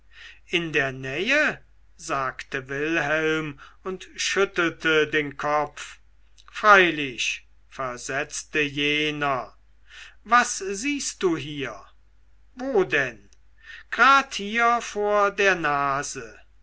in der nähe sagte wilhelm und schüttelte den kopf freilich versetzte jener was siehst du hier wo denn grad hier vor der nase